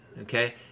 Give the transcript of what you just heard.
okay